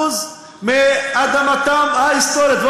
מאדמתם ההיסטורית, שאלה.